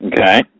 Okay